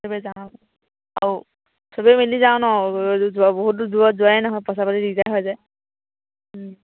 চবেই যাওঁ অ' চবেই মিলি যাওঁ ন বহুতো দূৰত যোৱাই নহয় পইচা পাতি দিগদাৰ হয় যে